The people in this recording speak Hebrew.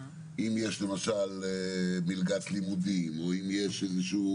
אם יש למשל מלגת לימודים או אם יש איזוהי